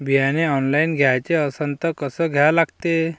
बियाने ऑनलाइन घ्याचे असन त कसं घ्या लागते?